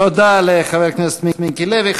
תודה לחבר הכנסת מיקי לוי.